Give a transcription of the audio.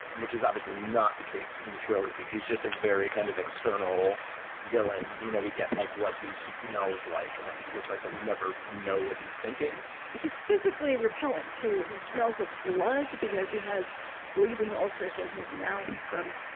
which is obviously not the case in the trilogy. he's just a very kind of external villain. you know, we get like what he smells like and what he looks like, but we never know what he's thinking he's physically repellent, too. he smells of blood because he has bleeding ulcers in his mouth from